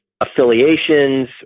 affiliations